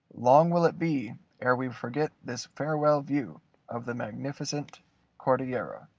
long will it be ere we forget this farewell view of the magnificent cordillera.